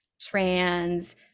trans